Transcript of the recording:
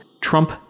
Trump